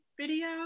video